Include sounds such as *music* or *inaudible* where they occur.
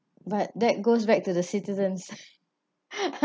but that goes back to the citizens *laughs*